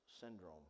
Syndrome